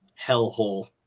hellhole